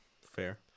Fair